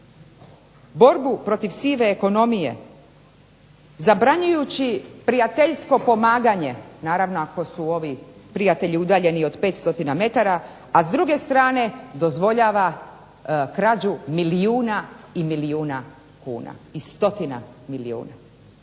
borbu protiv sive ekonomije zabranjujući prijateljsko pomaganje, naravno ako su ovi prijatelji udaljeni od 500 metara, a s druge strane dozvoljava krađu milijuna i milijuna kuna i stotina milijuna.